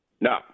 No